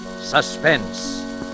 suspense